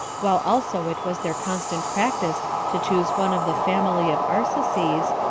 while also it was their constant practice to choose one of the family of arsaces,